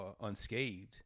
unscathed